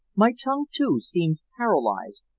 my tongue, too, seemed paralyzed,